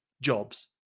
jobs